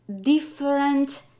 different